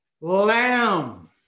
lamb